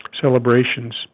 celebrations